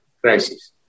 crisis